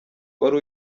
wari